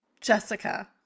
Jessica